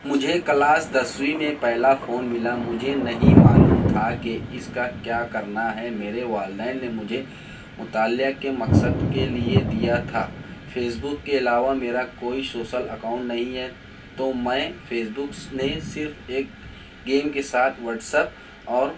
مجھے کلاس دسویں میں پہلا فون ملا مجھے نہیں معلوم تھا کہ اس کا کیا کرنا ہے میرے والدین نے مجھے مطالعہ کے مقصد کے لئے دیا تھا فیس بک کے علاوہ میرا کوئی شوسل اکاؤنٹ نہیں ہے تو میں فیس بکس میں صرف ایک گیم کے ساتھ واٹس اپ اور